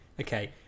okay